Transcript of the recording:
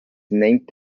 named